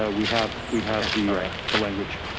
ah we have we have the the language.